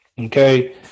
Okay